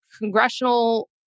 congressional